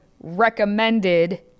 recommended